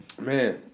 man